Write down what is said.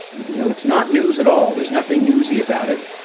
you know it's not news at all. there's nothing newsy about it.